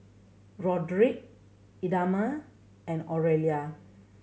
Roderic Idamae and Oralia